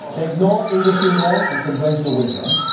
ah ignore industry norm and conventional wisdom.